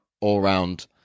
all-round